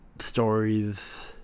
stories